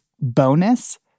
bonus